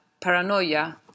paranoia